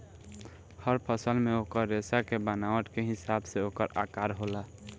हर फल मे ओकर रेसा के बनावट के हिसाब से ओकर आकर होला